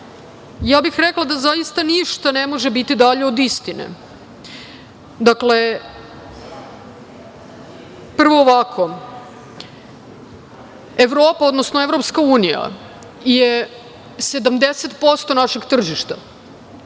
Ja bih rekla da zaista ništa ne može biti dalje od istine. Dakle, prvo, Evropa, odnosno EU je 70% našeg tržišta,